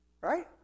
Right